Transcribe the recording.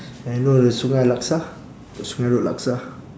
and you know the sungei laksa got sungei road laksa